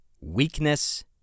weakness